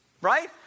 right